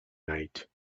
night